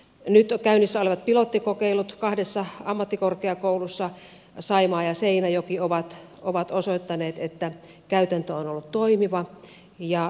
nyt käynnissä olevat pilottikokeilut kahdessa ammattikorkeakoulussa saimaa ja seinäjoki ovat osoittaneet että käytäntö on ollut toimiva